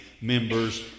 members